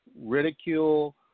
ridicule